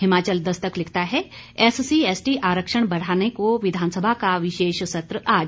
हिमाचल दस्तक लिखता है SC ST आरक्षण बढ़ाने को विधानसभा का विशेष सत्र आज